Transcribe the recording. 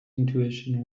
intuition